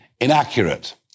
inaccurate